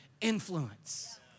influence